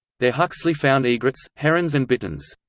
there huxley found egrets, herons and bitterns.